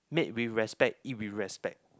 made with respect eat with respect